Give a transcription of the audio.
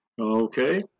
Okay